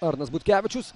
arnas butkevičius